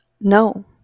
no